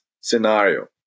scenario